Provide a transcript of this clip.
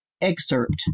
excerpt